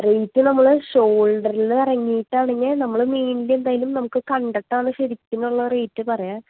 rate നമ്മൾ ഷോൾഡറിൽനിന്ന് ഇറങ്ങിയിട്ടാണെങ്കിൽ നമ്മൾ എന്തായാലും നമുക്ക് കണ്ടിട്ടാണ് ശരിക്കും നമ്മൾ റേറ്റ് പറയുക